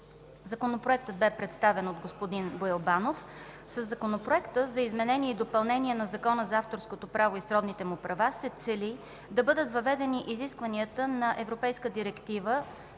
Законопроектът бе представен от господин Боил Банов. Със Законопроекта за изменение и допълнение на Закона за авторското право и сродните му права се цели да бъдат въведени изискванията на Директива